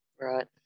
Right